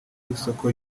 y’isoko